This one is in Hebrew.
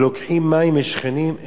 ולוקחים מים משכנים,